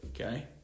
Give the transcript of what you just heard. okay